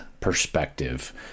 perspective